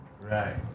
Right